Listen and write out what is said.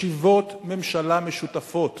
ישיבות ממשלה משותפות